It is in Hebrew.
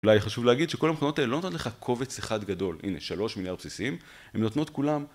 אולי חשוב להגיד שכל המכונות האלה לא נותנות לך קובץ אחד גדול, הנה, 3 מיליארד בסיסים, הן נותנות כולם